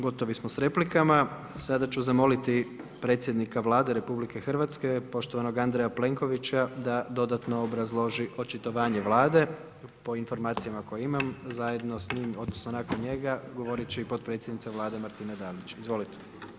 Gotovi smo s replikama, sada ću zamoliti predsjednika Vlade RH, poštovanog Andreja Plenkovića da dodatno obrazloži očitovanje Vlade, po informacijama koje imam, zajedno s njim odnosno nakon njega govorit će i potpredsjednica Vlade Martina Dalić, izvolite.